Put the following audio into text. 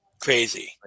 crazy